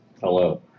Hello